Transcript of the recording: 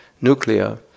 Nuclear